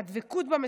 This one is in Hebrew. על דבקות במשימה,